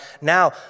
Now